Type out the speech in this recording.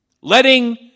Letting